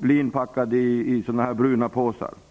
bli inpackade i bruna påsar och hänvisade till någon sidoavdelning.